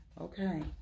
okay